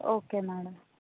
okay madam